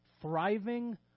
thriving